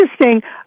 interesting